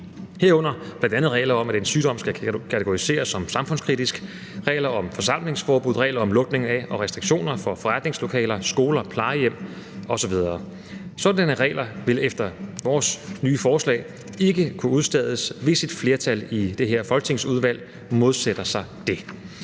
herunder regler om, at en sygdom skal kategoriseres som samfundskritisk, regler om forsamlingsforbud, regler om lukning af og restriktioner for forretningslokaler, skoler, plejehjem osv. Sådanne regler vil efter vores nye forslag ikke kunne udstedes, hvis et flertal i det her folketingsudvalg modsætter sig det.